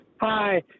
Hi